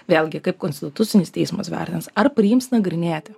vėlgi kaip konstitucinis teismas vertins ar priims nagrinėti